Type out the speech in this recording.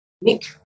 Nick